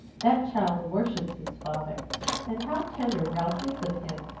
that child worships his father and how tender ralph is of him!